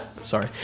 Sorry